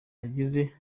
yagize